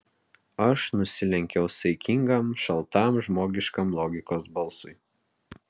aš nusilenkiau saikingam šaltam žmogiškam logikos balsui